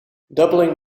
doubling